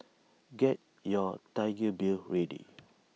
get your Tiger beer ready